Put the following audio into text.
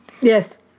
Yes